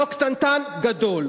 לא קטנטן, גדול.